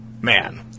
Man